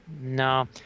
No